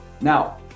Now